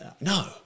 No